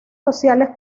sociales